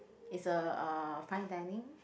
it's a uh fine dining